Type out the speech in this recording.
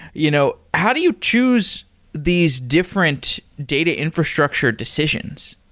you know how do you choose these different data infrastructure decisions?